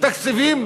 תקציבים